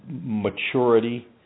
maturity